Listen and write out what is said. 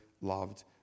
loved